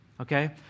okay